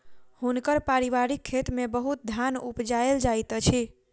हुनकर पारिवारिक खेत में बहुत धान उपजायल जाइत अछि